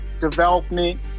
development